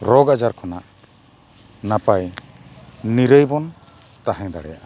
ᱨᱳᱜᱽ ᱟᱡᱟᱨ ᱠᱷᱚᱱᱟᱜ ᱱᱟᱯᱟᱭ ᱱᱤᱨᱟᱹᱭ ᱵᱚᱱ ᱛᱟᱦᱮᱸ ᱫᱟᱲᱮᱭᱟᱜᱼᱟ